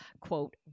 quote